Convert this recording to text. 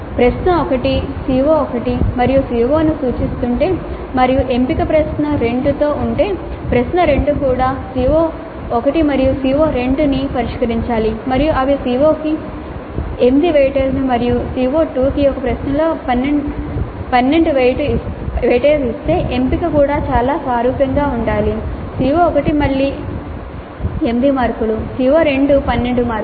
ప్రశ్న 1 CO1 మరియు CO2 ను సూచిస్తుంటే మరియు ఎంపిక ప్రశ్న 2 తో ఉంటే ప్రశ్న 2 కూడా CO1 మరియు CO2 ను పరిష్కరించాలి మరియు అవి CO1 కు 8 WEIGHTAGE ను మరియు CO2 కి ఒక ప్రశ్నలో 12 బరువును ఇస్తే ఎంపిక కూడా చాలా సారూప్యంగా ఉండాలి CO1 మళ్ళీ 8 మార్కులు CO2 12 మార్కులు